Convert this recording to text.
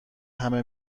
همه